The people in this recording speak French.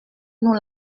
nous